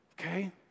okay